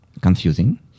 confusing